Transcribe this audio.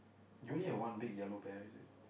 you only have one big yellow bear is it